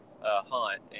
hunt